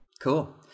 Cool